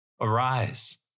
Arise